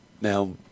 Now